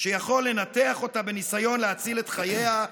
שיכול לנתח אותה, בניסיון להציל את חייה,